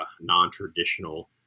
non-traditional